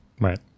right